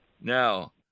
Now